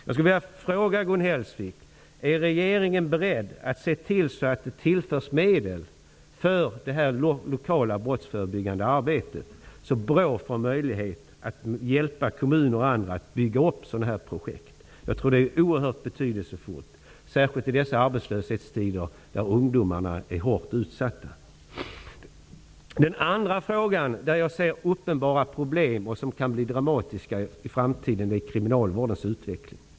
Jag skulle vilja fråga Gun Hellsvik om regeringen är beredd att se till att det tillförs medel för det lokala brottsförebyggande arbetet så att BRÅ får möjlighet att hjälpa kommuner och andra att bygga upp sådana här projekt. Jag tror att det är oerhört betydelsefullt, särskilt i dessa arbetslöshetstider då ungdomarna är hårt utsatta. Den andra frågan där jag ser uppenbara problem som kan bli dramatiska i framtiden gäller kriminalvårdens utveckling.